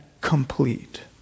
complete